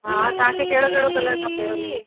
हा तव्हांखे कहिड़ो कहिड़ो कलर खपे उन में